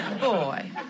Boy